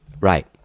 Right